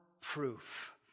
proof